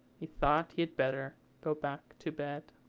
he thought he had better go back to bed.